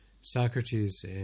Socrates